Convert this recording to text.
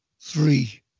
three